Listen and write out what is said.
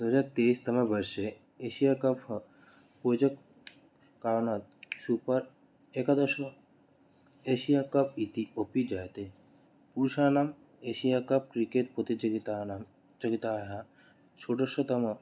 दोहजार् तेईस् तमवर्षे Asia cup फो पोजेक्ट् कारणात् सुपर् एकादश एशिया कप् इति अपि जायते पुरुषाणाम् एशिया कप् क्रिकेट् प्रतियोजितानां चलिताः षोडशतमं